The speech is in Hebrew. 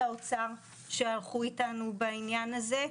וגם לאנשי משרד האוצר שהלכו אתנו בעניין הזה.